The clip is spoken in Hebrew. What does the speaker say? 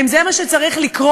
האם זה מה שצריך לקרות,